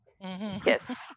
yes